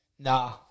nah